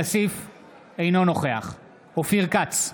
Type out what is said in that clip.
אינו נוכח אופיר כץ,